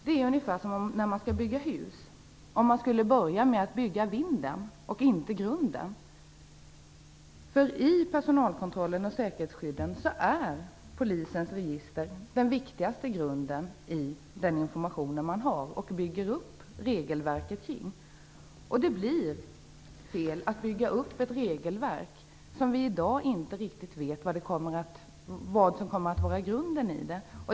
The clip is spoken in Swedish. Det är ungefär som om man skulle bygga ett hus och börja med vinden i stället för grunden. I personalkontrollen och säkerhetsskyddet är nämligen Polisens register den viktigaste grunden för den information man bygger upp regelverket kring. Det blir fel att bygga upp ett regelverk som vi i dag inte riktigt vet vad det kommer att grunda sig på.